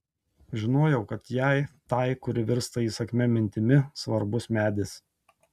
žinojau kad jai tai kuri virsta įsakmia mintimi svarbus medis